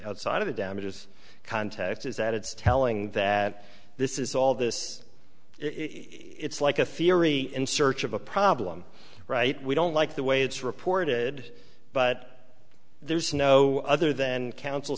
outside of the damages context is that it's telling that this is all this it's like a firy in search of a problem right we don't like the way it's reported but there's no other then coun